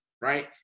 right